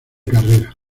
carrera